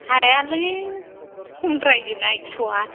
हायालै खमद्रायो ना एकस'आ